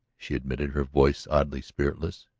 she admitted, her voice oddly spiritless.